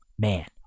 Man